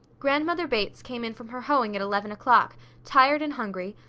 grandmother bates came in from her hoeing at eleven o'clock tired and hungry,